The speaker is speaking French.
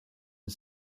une